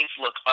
look